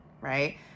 right